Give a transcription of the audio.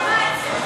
אני לא מבינה את זה.